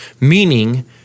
meaning